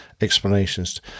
explanations